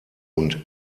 und